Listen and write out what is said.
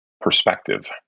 perspective